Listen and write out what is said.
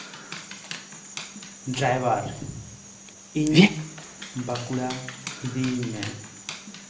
driver ᱤᱧ ᱵᱟᱸᱠᱩᱲᱟ ᱤᱫᱤᱧ ᱢᱮ